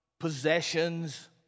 possessions